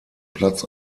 platz